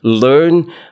learn